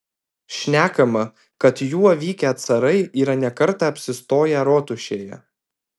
šnekama kad juo vykę carai yra ne kartą apsistoję rotušėje